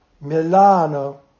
Milano